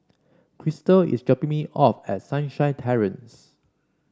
Kristal is dropping me off at Sunshine Terrace